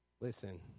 Listen